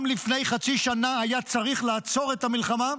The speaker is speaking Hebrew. גם לפני חצי שנה היה צריך לעצור את המלחמה,